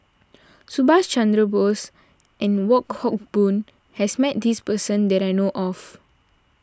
Subhas Chandra Bose and Wong Hock Boon has met this person that I know of